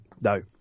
no